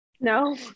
No